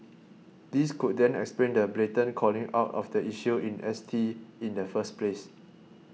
this could then explain the blatant calling out of the issue in S T in the first place